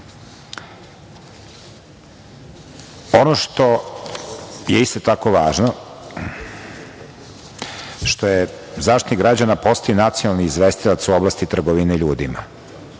što je isto tako važno, što je Zaštitnik građana postao nacionalni izvestilac u oblasti trgovine ljudima,